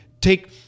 Take